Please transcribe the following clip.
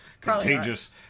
contagious